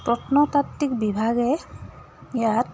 প্ৰত্নতাত্বিক বিভাগে ইয়াত